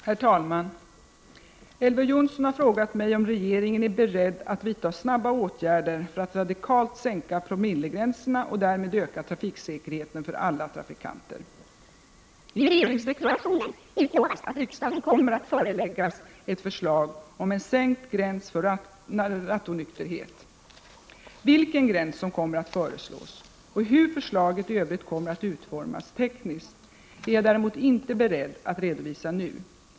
Herr talman! Elver Jonsson har frågat mig om regeringen är beredd att snabbt vidta åtgärder för att radikalt sänka promillegränserna och därmed öka trafiksäkerheten för alla trafikanter. I regeringsdeklarationen utlovas att riksdagen kommer att föreläggas ett förslag om en sänkning av gränsen för rattonykterhet. Vilken gräns som kommer att föreslås, och hur förslaget i övrigt kommer att utformas tekniskt, är jag däremot inte beredd att redovisa nu.